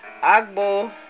Agbo